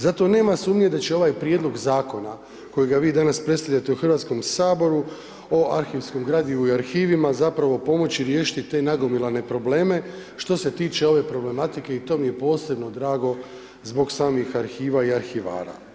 Zato nema sumnje da će ovaj prijedlog zakona kojega vi danas predstavljate u Hrvatskom saboru o arhivskom gradivu i arhivima pomoći riješiti te nagomilane probleme što se tiče ove problematike i to je posebno drago zbog samim arhiva i arhivara.